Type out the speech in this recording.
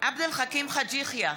עבד אל חכים חאג' יחיא,